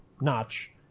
notch